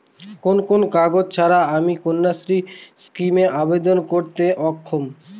কোন কোন কাগজ ছাড়া আমি কন্যাশ্রী স্কিমে আবেদন করতে অক্ষম?